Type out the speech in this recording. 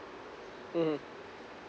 mmhmm